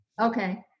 Okay